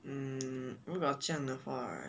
mm 如果这样的话 right